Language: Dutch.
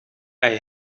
hij